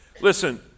Listen